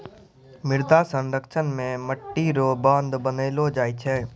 मृदा संरक्षण मे मट्टी रो बांध बनैलो जाय छै